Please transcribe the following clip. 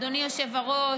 אדוני היושב-ראש,